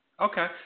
Okay